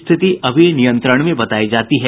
स्थिति अभी नियंत्रण में बतायी जाती है